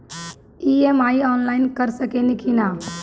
EMI online कर सकेनी की ना?